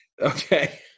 Okay